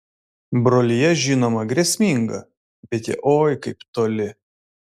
brolija žinoma grėsminga bet jie oi kaip toli